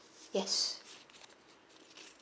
yes